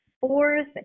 fourth